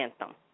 anthem